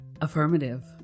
affirmative